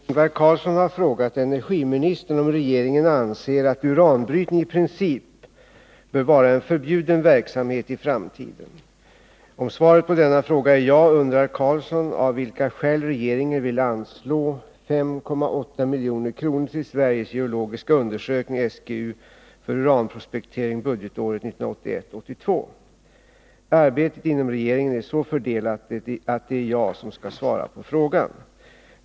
Herr talman! Ingvar Carlsson har frågat energiministern, statsrådet Carl Axel Petri, om regeringen anser att uranbrytning i princip bör vara en förbjuden verksamhet i framtiden. Om svaret på denna fråga är ja, undrar Ingvar Carlsson av vilka skäl regeringen vill anslå 5,8 milj.kr. till Sveriges Arbetet inom regeringen är så fördelat att det är jag som skall svara på frågan.